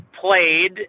played